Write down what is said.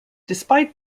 despite